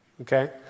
okay